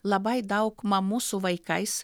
labai daug mamų su vaikais